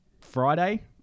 Friday